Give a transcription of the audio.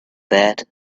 that